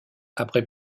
après